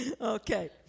Okay